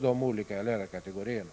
de olika lärarkategorierna.